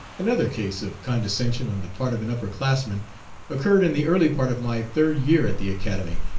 another case of condescension on the part of an upper classman occurred in the early part of my third year at the academy,